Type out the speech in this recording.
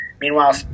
Meanwhile